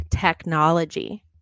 technology